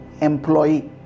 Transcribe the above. employee